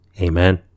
Amen